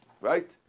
Right